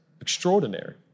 extraordinary